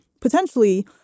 potentially